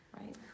right